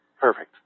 Perfect